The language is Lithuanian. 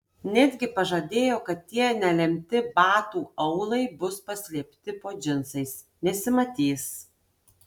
netgi pažadėjo kad tie nelemti batų aulai bus paslėpti po džinsais nesimatys